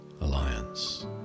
Alliance